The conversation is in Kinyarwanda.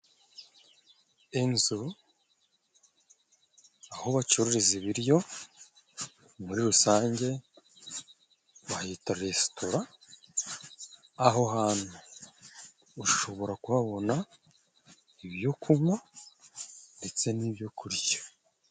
Inzu aho bacururiza ibiryo muri rusange bahita resitora. Aho hantu ushobora kuhabona ibyo kunywa ndetse n'ibyo kurya.